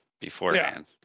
beforehand